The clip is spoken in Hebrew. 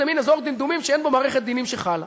מין אזור דמדומים שאין בו מערכת דינים שחלה.